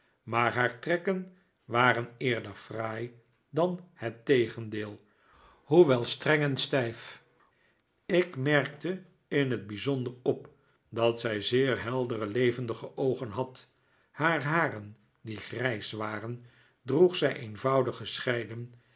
maar haar trekken waren eerder fraai dan het tegendeel hoewel streng en stijf ik merkte in het bijzonder op dat zij zeer heldere levendige oogen had haar haren die grijs waren droeg zij eenvoudig